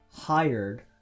hired